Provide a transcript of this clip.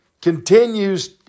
continues